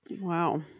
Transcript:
Wow